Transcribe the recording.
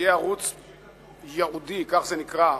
יהיה ערוץ ייעודי, כך זה נקרא,